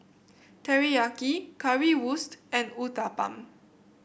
Teriyaki Currywurst and Uthapam